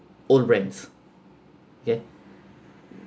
own ranks okay